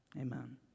Amen